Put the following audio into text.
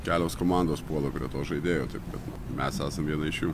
kelios komandos puola prie to žaidėjo taip kad mes esam viena iš jų